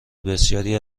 بسیاری